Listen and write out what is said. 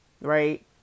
Right